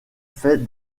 fait